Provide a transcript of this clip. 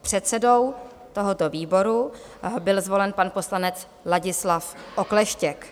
Předsedou tohoto výboru byl zvolen pan poslanec Ladislav Okleštěk.